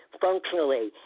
functionally